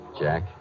Jack